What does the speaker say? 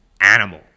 animal